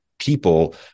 people